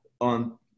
on